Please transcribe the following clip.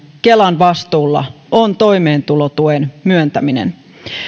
kelan vastuulla on toimeentulotuen myöntäminen